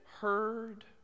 heard